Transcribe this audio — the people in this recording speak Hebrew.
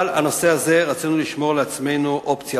אבל בנושא הזה רצינו לשמור לעצמנו אופציה.